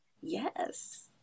Yes